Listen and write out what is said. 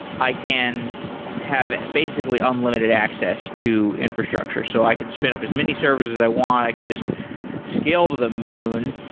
i can have basically unlimited access to infrastructure. so i could spin up as many servers as i want. i could just scale to the moon.